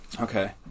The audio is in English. Okay